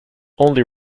only